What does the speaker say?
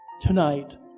tonight